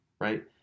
right